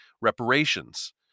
reparations